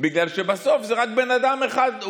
בגלל שבסוף זה רק בן אדם אחד.